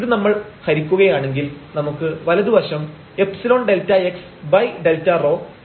ഇത് നമ്മൾ ഹരിക്കുകയാണെങ്കിൽ നമുക്ക് വലതുവശം ϵ ΔxΔρ ϵ ΔyΔρ എന്ന് ലഭിക്കും